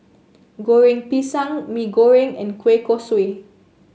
Goreng Pisang Mee Goreng and Kueh Kosui